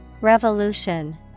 Revolution